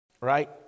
right